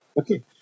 Okay